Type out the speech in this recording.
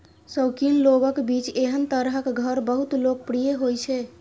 शौकीन लोगक बीच एहन तरहक घर बहुत लोकप्रिय होइ छै